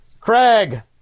Craig